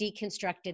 deconstructed